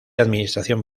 administración